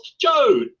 Joe